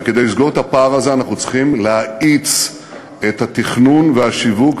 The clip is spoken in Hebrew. וכדי לסגור את הפער הזה אנחנו צריכים להאיץ את התכנון והשיווק,